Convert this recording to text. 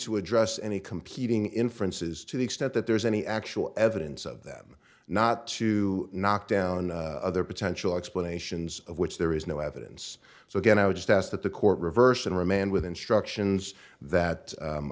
to address any competing inferences to the extent that there's any actual evidence of them not to knock down other potential explanations of which there is no evidence so again i would just ask that the court reverse and remand with instructions that